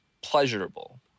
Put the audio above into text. pleasurable